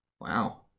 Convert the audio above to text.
Wow